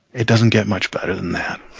it doesn't get much better than that